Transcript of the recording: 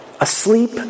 Asleep